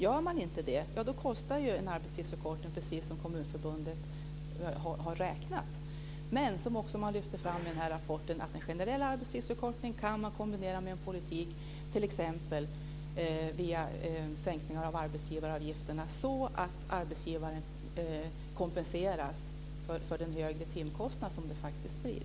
Gör man inte det kostar en arbetstidsförkortning, precis som Kommunförbundet har räknat med. Men man lyfter också i denna rapport fram att man kan kombinera en generell arbetstidsförkortning med en politik, t.ex. via sänkningar av arbetsgivaravgifterna, så att arbetsgivaren kompenseras för den högre timkostnad som det faktiskt blir.